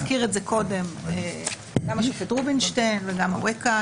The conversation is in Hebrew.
הזכיר את זה קודם גם השופט רובינשטיין וגם אווקה,